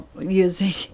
using